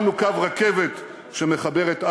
מה עם הכביש לטייבה?